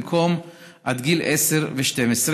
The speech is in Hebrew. במקום עד גילאי 10 ו-12,